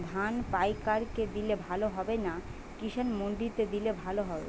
ধান পাইকার কে দিলে ভালো হবে না কিষান মন্ডিতে দিলে ভালো হবে?